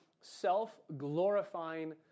self-glorifying